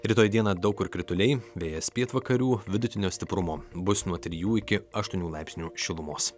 rytoj dieną daug kur krituliai vėjas pietvakarių vidutinio stiprumo bus nuo trijų iki aštuonių laipsnių šilumos